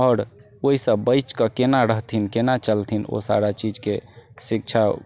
आओर ओहिसँ बचि कऽ केना रहथिन केना छलथिन ओ सारा चीजके शिक्षा